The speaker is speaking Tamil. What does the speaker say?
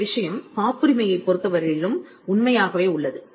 இந்த விஷயம் காப்புரிமையைப் பொறுத்தவரையிலும் உண்மையாகவே உள்ளது